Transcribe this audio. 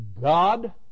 God